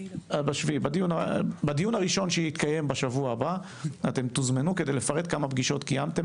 בדיון הראשון שיתקיים בשבוע הבא אתם תוזמנו כדי לפרט כמה פגישות קיימתם